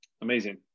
Amazing